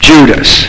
Judas